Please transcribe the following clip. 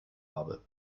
habe